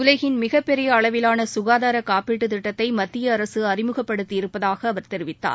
உலகின் மிகப்பெரிய அளவிலான குகாதார காப்பீட்டுத குதிட்டத்தை மத்திய அரசு அறிமுகப்படுத்தி இருப்பதாக அவர் தெரிவித்தார்